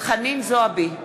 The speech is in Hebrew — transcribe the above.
חנין זועבי,